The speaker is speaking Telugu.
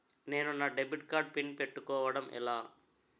నేను నా డెబిట్ కార్డ్ పిన్ పెట్టుకోవడం ఎలా?